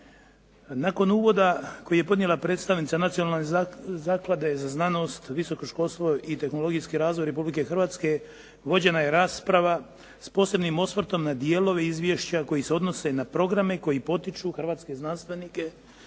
Nakon uvoda koji je podnijela predstavnica Nacionalne zaklade za znanost, visoko školstvo i tehnologijski razvoj Republike Hrvatske vođena je rasprava s posebnim osvrtom na dijelove izvješća koji se odnose na programe koji potiču hrvatske znanstvenike